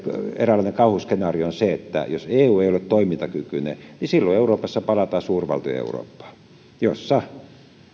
eräänlainen kauhuskenaario on että jos eu ei ole toimintakykyinen silloin euroopassa palataan suurvaltojen eurooppaan jossa